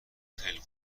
خیلی